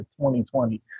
2020